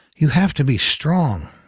you have to be strong,